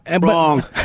Wrong